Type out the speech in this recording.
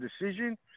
decision